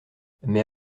mais